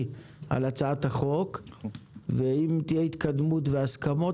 על הצעת החוק ואם תהיה התקדמות והסכמות,